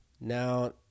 Now